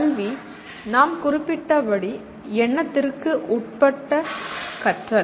கல்வி நாம் குறிப்பிட்டபடி எண்ணத்திற்கு உட்பட்ட கற்றல்